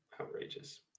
Outrageous